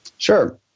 Sure